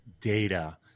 data